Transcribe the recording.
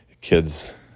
kids